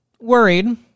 worried